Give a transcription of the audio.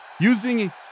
Using